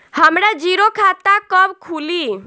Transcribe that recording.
हमरा जीरो खाता कब खुली?